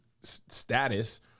status